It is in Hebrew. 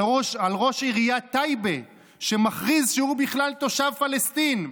על ראש עיריית טייבה שמכריז שהוא בכלל תושב פלסטין,